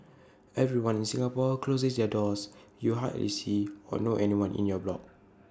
everyone in Singapore closes their doors you hardly see or know anyone in your block